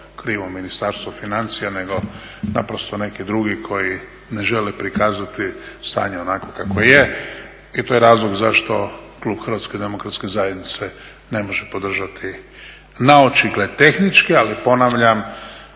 krivo Ministarstvo financija nego naprosto neki drugi koji ne žele prikazati stanje onakvo kakvo je. I to je razlog zašto klub HDZA-a ne može podržati naočigled tehničke ali ponavljam